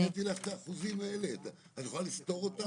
הראיתי לך את האחוזים האלה, את יכולה לסתור אותם?